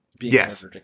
yes